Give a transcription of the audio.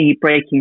breaking